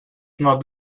not